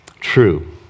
True